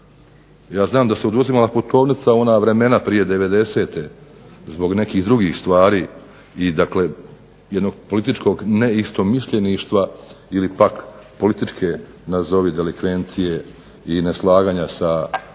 ja znam da se oduzimala putovnica u ona vremena prije '90-te zbog nekih drugih stvari i dakle jednog političkog neistomišljeništva ili pak političke nazovi delikvencije i neslaganja sa